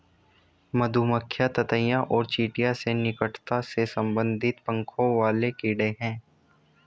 मधुमक्खियां ततैया और चींटियों से निकटता से संबंधित पंखों वाले कीड़े हैं